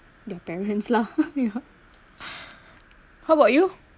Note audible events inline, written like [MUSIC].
their parents lah [LAUGHS] ya how about you